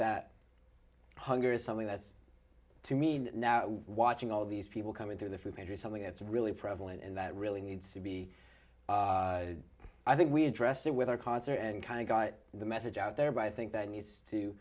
that hunger is something that's to me now watching all these people coming through the food pantry something that's really prevalent and that really needs to be i think we address it with our concert and kind of got the message out there but i think that needs to